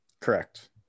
Correct